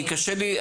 כי קשה לי,